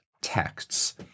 texts